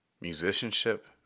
musicianship